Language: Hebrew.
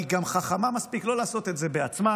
היא גם חכמה מספיק לא לעשות את זה בעצמה.